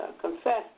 confess